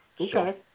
Okay